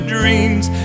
dreams